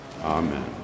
amen